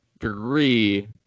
three